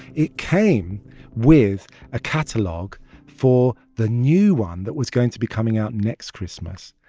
it came with a catalog for the new one that was going to be coming out next christmas.